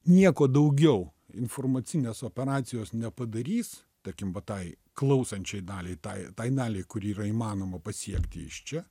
nieko daugiau informacinės operacijos nepadarys tarkim va tai klausančiai daliai tai daliai kuri yra įmanoma pasiekti iš čia